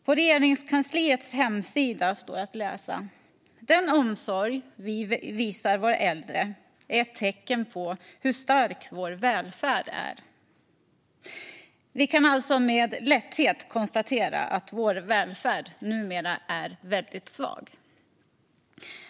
På Regeringskansliets hemsida står att läsa: "Den omsorg vi visar våra äldre är ett tecken på hur stark vår välfärd är." Vi kan alltså med lätthet konstatera att vår välfärd numera är väldigt svag.